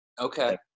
okay